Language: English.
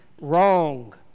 wrong